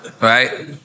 Right